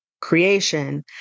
creation